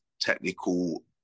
technical